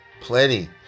Plenty